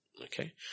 Okay